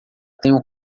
tenho